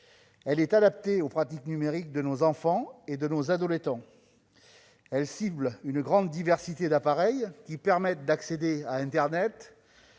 Elle est adaptée aux pratiques numériques de nos enfants et de nos adolescents. Elle cible une grande diversité d'appareils qui permettent d'accéder à internet,